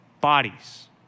bodies